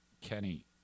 Kenny